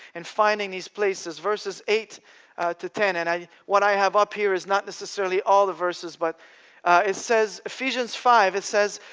and finding these places. verses eight to ten. and what i have up here is not necessarily all the verses, but it says. ephesians five, it says,